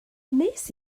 wnes